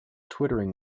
twittering